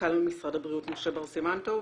מנכ"ל משרד הבריאות, משה בר סימן טוב,